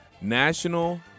National